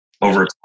Over